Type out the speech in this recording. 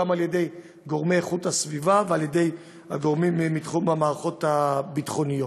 גם על ידי גורמי הסביבה ועל ידי גורמים מתחום המערכות הביטחוניות.